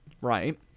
right